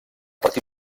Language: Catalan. partir